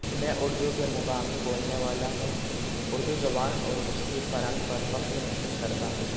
میں اردو کے مقامی بولنے والا ہوں اردو زبان اور اس کی فرہنگ پر فخر محسوس کرتا ہوں